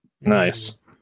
Nice